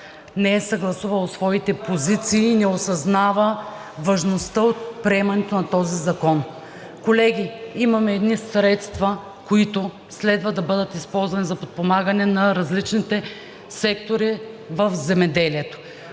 не е съгласувало своите позиции и не осъзнава важността от приемането на този закон. Колеги, имаме едни средства, които следва да бъдат използвани за подпомагане на различните сектори в земеделието.